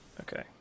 okay